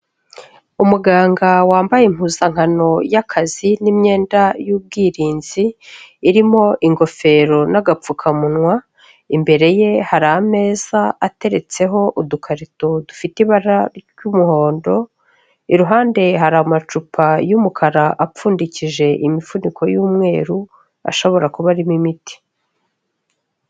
Umuganga wambaye impuzankano y'akazi n'imyenda y'ubwirinzi irimo ingofero n'agapfukamunwa, imbere ye hari ameza ateretseho udukarito dufite ibara ry'umuhondo, iruhande hari amacupa y'umukara apfundikije imifuniko y'umweru, ashobora kuba arimo imiti.